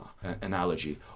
analogy